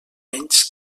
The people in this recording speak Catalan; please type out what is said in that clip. menys